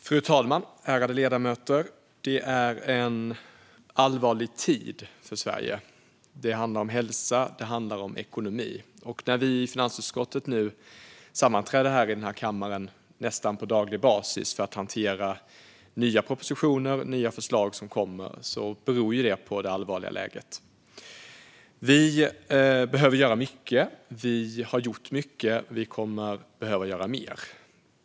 Fru talman och ärade ledamöter! Det är en allvarlig tid för Sverige. Det handlar om hälsa, och det handlar om ekonomi. När vi i finansutskottet sammanträder i kammaren, nästan på daglig basis, för att hantera nya propositioner och nya förslag beror det på det allvarliga läget. Vi behöver göra mycket, vi har gjort mycket och vi kommer att behöva göra mer.